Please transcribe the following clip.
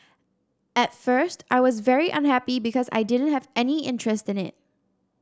at first I was very unhappy because I didn't have any interest in it